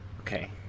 Okay